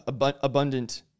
abundant